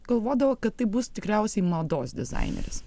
galvodavo kad tai bus tikriausiai mados dizaineris